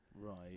Right